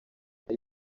ari